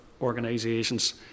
organisations